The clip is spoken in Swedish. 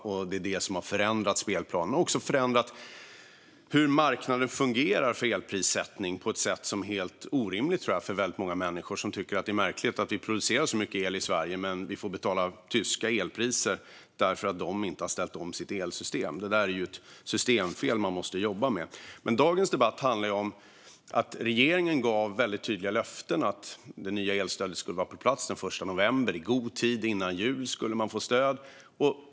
Det är det som har förändrat spelplanen och också förändrat hur marknaden fungerar för elprissättning, detta på ett sätt som jag tror är helt orimligt för väldigt många människor som tycker att det är märkligt att vi producerar mycket el i Sverige men får betala tyska elpriser eftersom de inte har ställt om sitt elsystem. Det är ett systemfel som man måste jobba med. Men dagens debatt handlar om att regeringen gav väldigt tydliga löften. Det nya elstödet skulle vara på plats den 1 november. I god tid före jul skulle man få stöd.